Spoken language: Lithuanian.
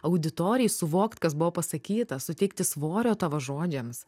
auditorijai suvokti kas buvo pasakyta suteikti svorio tavo žodžiams